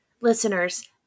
Listeners